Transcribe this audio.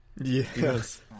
Yes